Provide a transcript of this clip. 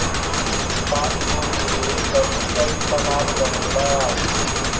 पातगोभी के सब्जी अउरी सलाद बनेला